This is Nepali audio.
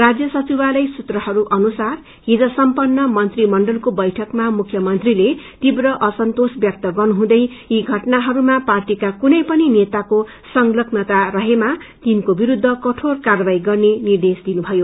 राज्य सचिवालय सूत्रहरू अनुसार हिज सम्पन्न मंत्री मण्डलको बैठकमा मुख्यमंत्रीले तीव्र असन्तोष व्यक्त ग्नुहुँदै यी घटनाहरूमा पार्टीका कुनै पनि नेताको संलग्नता रहेमा तिनको स्लिद्ध कठोर कार्यवाही गर्ने निर्देश दिनुभयो